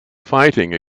fighting